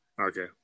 Okay